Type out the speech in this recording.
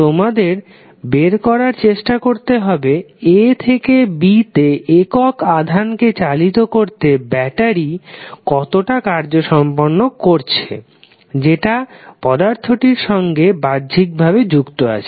তোমাদের বের করার চেষ্টা করতে হবে a থেকে b তে একক আধানকে চালিত করতে ব্যাটারি কতটা কার্জ সম্পন্ন করছে যেটা পদার্থটির সঙ্গে বাহ্যিক ভাবে যুক্ত আছে